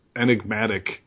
enigmatic